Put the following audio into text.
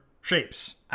shapes